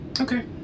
okay